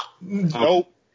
Nope